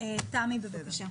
היועצת המשפטית של הוועדה, בבקשה.